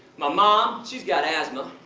my mom, she's got asthma.